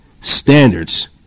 standards